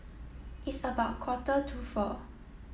its about quarter to four